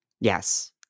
Yes